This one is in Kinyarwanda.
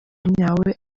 nyawe